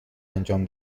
انجام